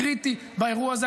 קריטי באירוע הזה.